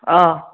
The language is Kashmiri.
آ